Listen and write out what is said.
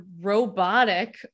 robotic